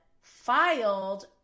filed